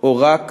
או רק